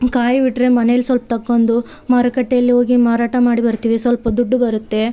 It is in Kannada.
ಕಾಯಿ ಬಿಟ್ಟರೆ ಮನೇಲಿ ಸ್ವಲ್ಪ್ ತಕ್ಕೊಂಡು ಮಾರುಕಟ್ಟೆಯಲ್ಲಿ ಹೋಗಿ ಮಾರಾಟ ಮಾಡಿ ಬರ್ತೀವಿ ಸ್ವಲ್ಪ ದುಡ್ಡು ಬರುತ್ತೆ